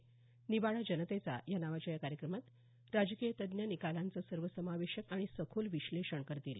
निवाडा जनतेचा या नावाच्या या कार्यक्रमात राजकीय तज्ञ निकालांचं सर्व समावेशक आणि सखोल विश्लेषण करतील